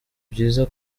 byiza